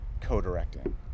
co-directing